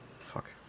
Fuck